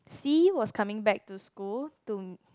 C was coming back to school to